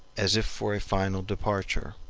as if for a final departure.